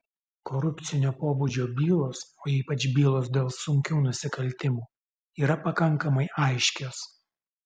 korupcinio pobūdžio bylos o ypač bylos dėl sunkių nusikaltimų yra pakankamai aiškios